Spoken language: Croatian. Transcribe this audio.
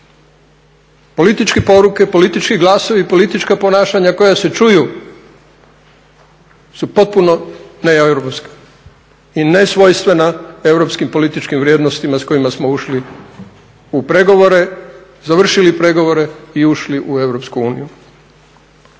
Političke poruke, politički glasovi, politička ponašanja koja se čuju su potpuno neeuropska i nesvojstvena europskim političkim vrijednostima s kojima smo ušli u pregovore, završili pregovore i ušli u EU.